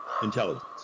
intelligence